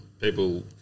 people